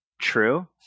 true